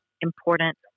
important